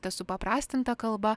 ta supaprastinta kalba